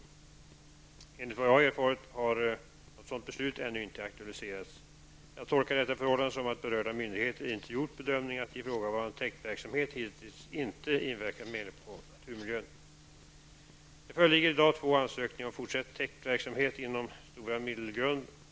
Enligt vad jag har erfarit har något sådant beslut ännu inte aktualiserats. Jag tolkar detta förhållande som att berörda myndigheter gjort bedömningen att ifrågavarande täktverksamhet hittills inte inverkat menligt på naturmiljön. Det föreligger i dag två ansökningar om fortsatt täktverksamhet inom Stora Middelgrund.